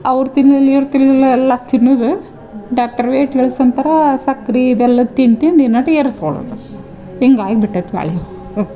ಅವ್ರ ತಿನ್ಲಿಲ್ಲ ಇವ್ರ ತಿನ್ಲಿಲ್ಲ ಎಲ್ಲ ತಿನ್ನುದು ಡಾಕ್ಟರ್ ವೆಯ್ಟ್ ಇಳ್ಸಿ ಅಂತರಾ ಸಕ್ರೆ ಬೆಲ್ಲದು ತಿನ್ ತಿನ್ ಇನ್ನೊಟ್ಟ್ ಏರ್ಸ್ಕೊಳೋದು ಹಿಂಗೆ ಆಗ್ಬಿಟೈತೆ ಬಾಳೆವು ಒ